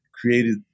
created